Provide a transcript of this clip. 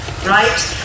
Right